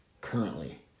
currently